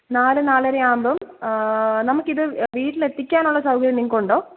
നാല് നാലര ആവുമ്പം നമുക്ക് ഇത് വീട്ടിൽ എത്തിക്കാനുള്ള സൗകര്യം നിങ്ങൾക്ക് ഉണ്ടോ